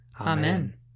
Amen